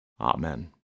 Amen